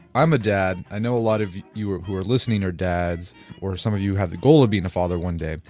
i'm a dad, i know a lot of you who are listening are dads or some of you have the goal of being a father one day,